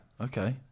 Okay